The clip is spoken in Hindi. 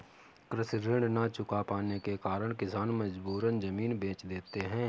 कृषि ऋण न चुका पाने के कारण किसान मजबूरन जमीन बेच देते हैं